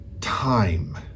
time